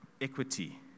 equity